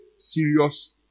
Serious